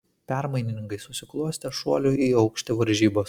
permainingai susiklostė šuolių į aukštį varžybos